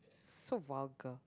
so vulgar